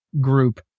group